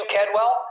Kedwell